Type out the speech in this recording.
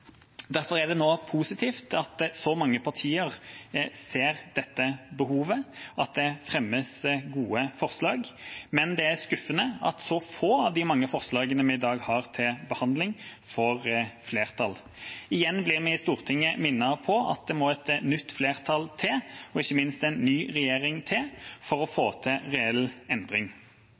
Derfor er det nå positivt at så mange partier ser dette behovet, og at det fremmes gode forslag. Men det er skuffende at så få av de mange forslagene vi i dag har til behandling, får flertall. Igjen blir vi i Stortinget minnet på at det må et nytt flertall og ikke minst en ny regjering til for å få til reell endring.